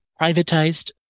privatized